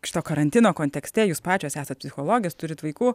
šito karantino kontekste jūs pačios esat psichologės turit vaikų